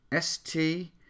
ST